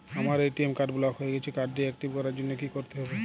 আমার ATM card block হয়ে গেছে কার্ড টি একটিভ করার জন্যে কি করতে হবে?